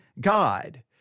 God